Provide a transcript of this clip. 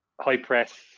high-press